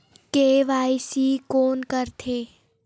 KYC कोन करथे?